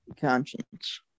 conscience